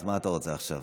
אז מה אתה רוצה עכשיו?